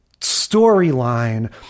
storyline